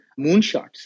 moonshots